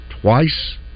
twice